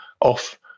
off